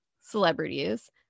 celebrities